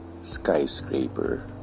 skyscraper